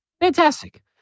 Fantastic